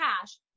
cash